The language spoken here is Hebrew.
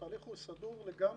התהליך הוא סדור לגמרי,